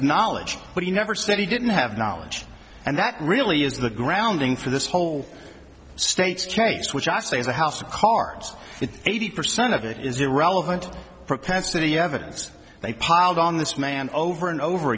knowledge but he never said he didn't have knowledge and that really is the grounding for this whole state's case which i say is a house of cards eighty percent of it is irrelevant propensity evidence they piled on this man over and over